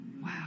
Wow